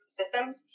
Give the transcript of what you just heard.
systems